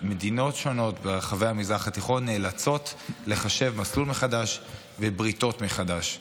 מדינות שונות ברחבי המזרח התיכון נאלצות לחשב מסלול מחדש ובריתות מחדש.